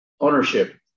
ownership